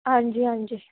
ਹਾਂਜੀ ਹਾਂਜੀ